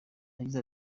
yagize